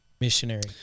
missionary